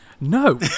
no